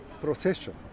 procession